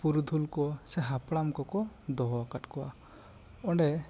ᱯᱩᱨᱩᱫᱷᱩᱞ ᱥᱮ ᱦᱟᱯᱲᱟᱢ ᱠᱚᱠᱚ ᱫᱚᱦᱚ ᱣᱟᱠᱟᱫ ᱠᱚᱣᱟ ᱚᱸᱰᱮ